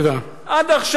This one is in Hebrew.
תודה.